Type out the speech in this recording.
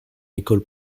école